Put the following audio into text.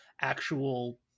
actual